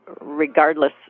regardless